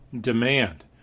demand